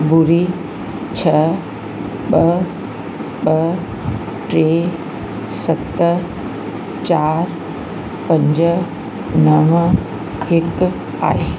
ॿुड़ी छह ॿ ॿ टे सत चारि पंज नव हिकु आहे